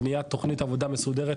בניית תכנית עבודה מסודרת,